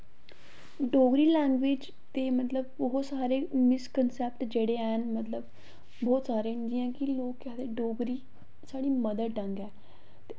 Dogri language ते मतलब होर सारे मिस कंसेप्ट जिन्ने हैन मतलब की लोक केह् आखदे कि डोगरी साढ़ी मदर टंग ऐ